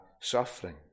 suffering